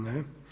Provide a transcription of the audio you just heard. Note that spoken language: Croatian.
Ne.